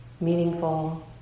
meaningful